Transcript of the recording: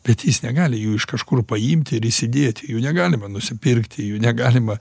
bet jis negali jų iš kažkur paimt ir įsidėti jų negalima nusipirkti jų negalima